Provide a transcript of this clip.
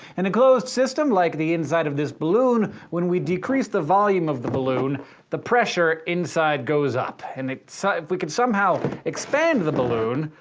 in a closed system like the inside of this balloon, when we decrease the volume of the balloon the pressure inside goes up. and if sort of we could somehow expand the balloon,